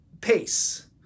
pace